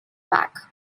back